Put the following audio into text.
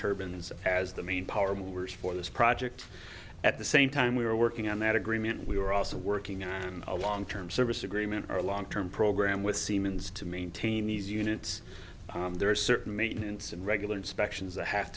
turbans as the main power movers for this project at the same time we are working on that agreement we are also working on a long term service agreement or long term program with siemens to maintain these units there are certain maintenance and regular inspections that ha